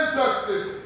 justice